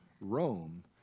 Rome